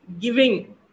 giving